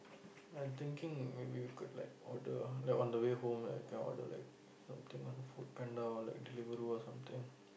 I thinking maybe we could like order like on the way home like can we order like something on like FoodPanda or like Deliveroo or something